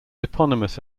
eponymous